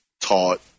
taught